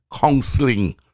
counseling